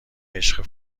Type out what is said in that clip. عشق